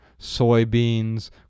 soybeans